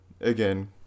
Again